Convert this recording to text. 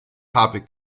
habeck